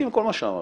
מה שאמרת,